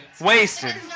Wasted